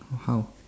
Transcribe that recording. how